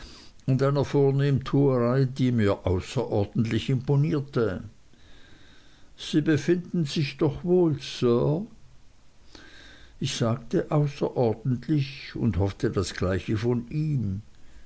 und einer vornehmtuerei die mir außerordentlich imponierte sie befinden sich doch wohl sir ich sagte außerordentlich und hoffte das gleiche von ihm